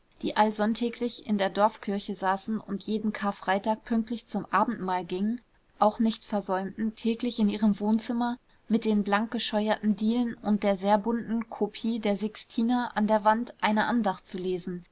die allsonntäglich in der dorfkirche saßen und jeden karfreitag pünktlich zum abendmahl gingen auch nicht versäumten täglich in ihrem wohnzimmer mit den blank gescheuerten dielen und der sehr bunten kopie der sixtina an der wand eine andacht zu lesen